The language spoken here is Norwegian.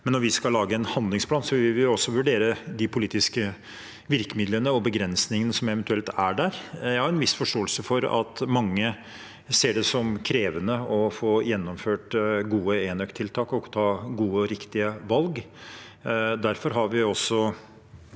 Når vi skal lage en handlingsplan, vil vi også vurdere de politiske virkemidlene og begrensningene som eventuelt er der. Jeg har en viss forståelse for at mange ser det som krevende å få gjennomført gode enøktiltak og ta gode og riktige valg. Derfor har vi også